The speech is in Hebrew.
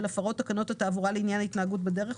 הפרות תקנות התעבורה לעניין ההתנהגות בדרך,